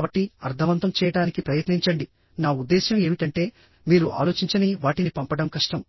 కాబట్టి అర్ధవంతం చేయడానికి ప్రయత్నించండి నా ఉద్దేశ్యం ఏమిటంటే మీరు ఆలోచించని వాటిని పంపడం కష్టం